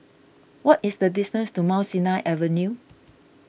what is the distance to Mount Sinai Avenue